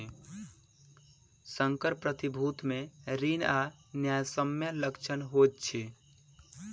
संकर प्रतिभूति मे ऋण आ न्यायसम्य लक्षण होइत अछि